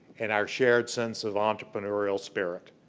and our shared sense of entrepreneurial spirit.